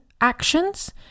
actions